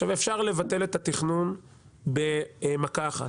אפשר לבטל את התכנון במכה אחת,